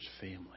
family